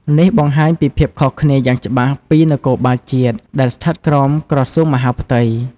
នេះបង្ហាញពីភាពខុសគ្នាយ៉ាងច្បាស់ពីនគរបាលជាតិដែលស្ថិតក្រោមក្រសួងមហាផ្ទៃ។